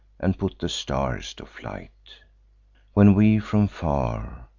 and puts the stars to flight when we from far,